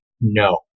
no